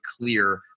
clear